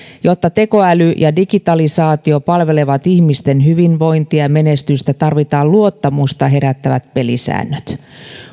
jotta tekoäly ja digitalisaatio palvelevat ihmisten hyvinvointia ja menestystä tarvitaan luottamusta herättävät pelisäännöt